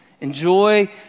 Enjoy